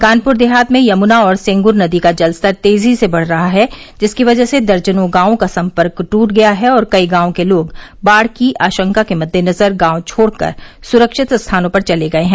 कानपुर देहात में यमुना और सेंगुर नदी का जलस्तर तेजी से बढ़ रहा है जिसकी वजह से दर्जनों गांवों का सम्पर्क ट्रट गया है और कई गांवों के लोग बाढ़ की आशंका के मद्देनजर गांव छोड़ कर सुरक्षित स्थानों पर चले गये हैं